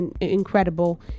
incredible